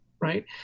Right